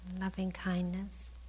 loving-kindness